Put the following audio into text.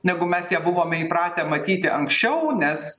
negu mes ją buvome įpratę matyti anksčiau nes